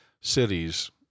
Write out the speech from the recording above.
cities